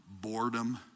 boredom